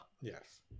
Yes